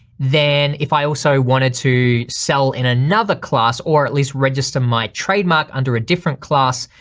then if i also wanted to sell in another class, or at least register my trademark under a different class,